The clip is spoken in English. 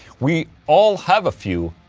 we all have a few,